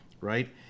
right